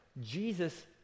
Jesus